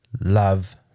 love